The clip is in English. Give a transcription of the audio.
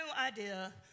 idea